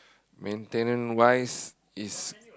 maintenance wise is